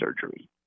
surgery